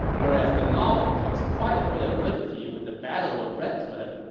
whereas the novel takes quite a bit of liberty with the battle of red cliff,